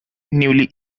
newly